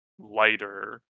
lighter